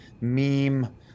meme